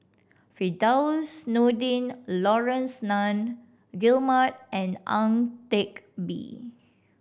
Firdaus Nordin Laurence Nunn Guillemard and Ang Teck Bee